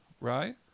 right